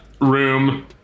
room